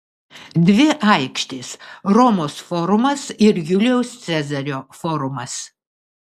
dvi aikštės romos forumas ir julijaus cezario forumas